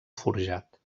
forjat